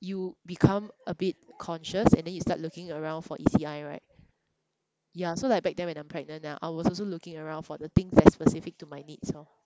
you become a bit conscious and then you start looking around for E_C_I right ya so like back then when I'm pregnant ah I was also looking around for the things that's specific to my needs lor